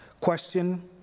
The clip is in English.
question